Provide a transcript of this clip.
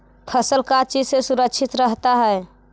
फसल का चीज से सुरक्षित रहता है?